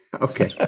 Okay